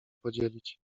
podzielić